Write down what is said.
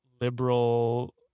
liberal